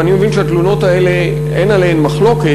אני מבין שעל התלונות האלה אין מחלוקת,